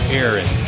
Aaron